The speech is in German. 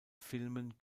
filmen